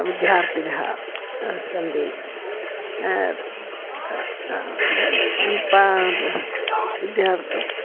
विद्यार्तिनः सन्ति पाठ विद्या